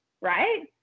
right